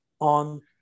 on